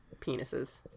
penises